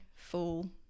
full